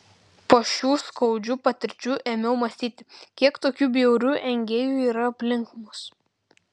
po šių skaudžių patirčių ėmiau mąstyti kiek tokių bjaurių engėjų yra aplink mus